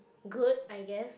good I guess